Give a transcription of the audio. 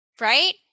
right